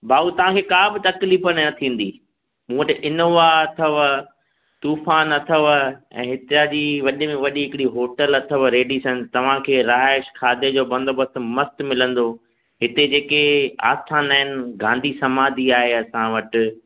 भाऊ तव्हां खे का बि तक़लीफ न थींदी मूं वटि इनोवा अथव तूफ़ान अथव ऐं हितां जी वॾे में वॾी हिकिड़ी हॉटल अथव रेडीसन तव्हां खे रिहाइश खाधे जो बंदोबस्तु मस्तु मिलंदो हिते जेके आस्थान आहिनि गांधी समाधि आहे असां वटि